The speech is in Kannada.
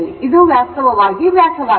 ಇದು ವಾಸ್ತವವಾಗಿ ವ್ಯಾಸವಾಗಿರುತ್ತದೆ